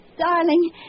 Darling